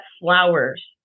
flowers